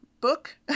book